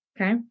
okay